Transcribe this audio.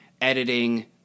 editing